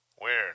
weird